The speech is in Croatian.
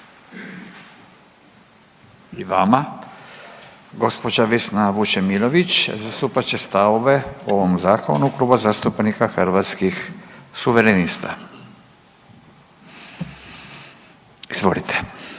I vama. Gđa. Vesna Vučemilović zastupat će stavove o ovom Zakonu Kluba zastupnika Hrvatskih suverenista. Izvolite.